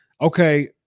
okay